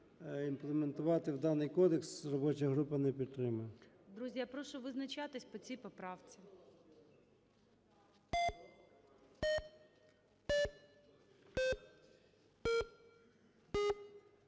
імплементувати в даний кодекс. Робоча група не підтримує. ГОЛОВУЮЧИЙ. Друзі, я прошу визначатись по цій поправці.